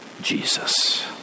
Jesus